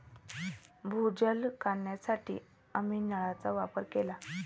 भूजल काढण्यासाठी आम्ही नळांचा वापर केला